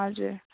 हजुर